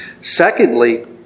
Secondly